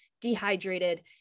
dehydrated